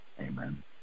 Amen